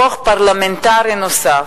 כוח פרלמנטרי נוסף,